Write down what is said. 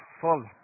full